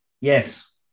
yes